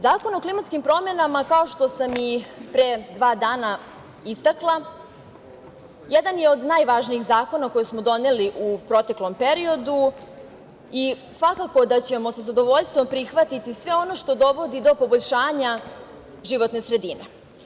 Zakon o klimatskim promenama, kao što sam pre dva dana istakla, jedan je od najvažnijih zakona koje smo doneli u proteklom periodu i svakako da ćemo sa zadovoljstvom prihvatiti sve ono što dovodi do poboljšanja životne sredine.